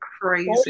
crazy